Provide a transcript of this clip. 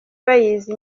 bayizi